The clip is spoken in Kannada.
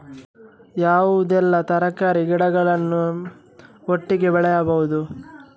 ಯಾವುದೆಲ್ಲ ತರಕಾರಿ ಗಿಡಗಳನ್ನು ಒಟ್ಟಿಗೆ ಬೆಳಿಬಹುದು?